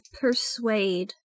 persuade